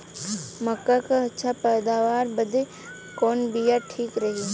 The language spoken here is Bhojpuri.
मक्का क अच्छी पैदावार बदे कवन बिया ठीक रही?